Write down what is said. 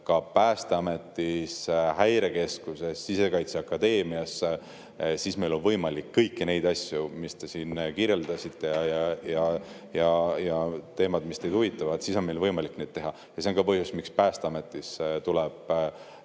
ka Päästeametis, Häirekeskuses, Sisekaitseakadeemias, siis meil on võimalik kõiki neid asju, mis te siin kirjeldasite, teemasid, mis teid huvitavad – siis on meil võimalik neid teha. Ja see on ka põhjus, miks Päästeametis tuleb